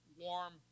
Warm